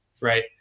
right